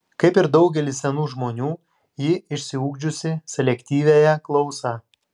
kaip ir daugelis senų žmonių ji išsiugdžiusi selektyviąją klausą